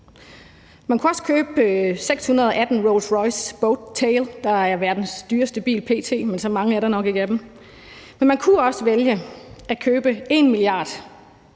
Man kunne også købe 618 Rolls-Royce Boattail, der er verdens dyreste bil p.t., men så mange er der nok ikke af dem. Man kunne også vælge at købe